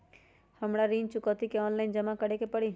हमरा ऋण चुकौती ऑनलाइन जमा करे के परी?